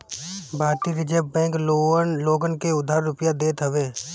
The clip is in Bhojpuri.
भारतीय रिजर्ब बैंक लोगन के उधार रुपिया देत हवे